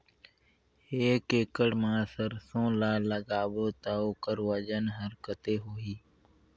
एक एकड़ मा सरसो ला लगाबो ता ओकर वजन हर कते होही?